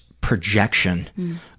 projection